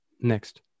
next